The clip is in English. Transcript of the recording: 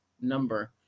number